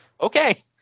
okay